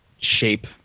shape